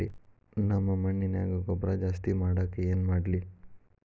ನಮ್ಮ ಮಣ್ಣಿನ್ಯಾಗ ಗೊಬ್ರಾ ಜಾಸ್ತಿ ಮಾಡಾಕ ಏನ್ ಮಾಡ್ಲಿ?